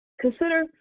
Consider